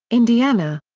indiana.